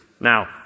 Now